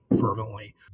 fervently